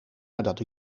nadat